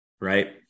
right